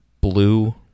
blue